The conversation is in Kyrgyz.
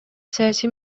саясий